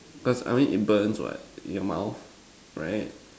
cause I mean it burns what in your mouth right